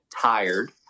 tired